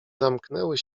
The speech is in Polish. zamknęły